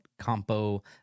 campo